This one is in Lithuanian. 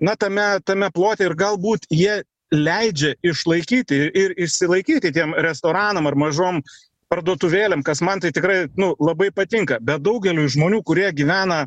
na tame tame plote ir galbūt jie leidžia išlaikyti ir išsilaikyti tiem restoranam ar mažom parduotuvėlėm kas man tai tikrai labai patinka bet daugeliui žmonių kurie gyvena